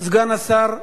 סגן השר ליצמן.